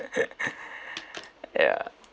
ya